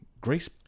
Grace